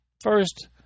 First